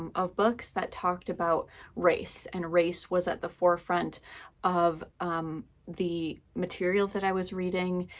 of books that talked about race and race was at the forefront of the material that i was reading.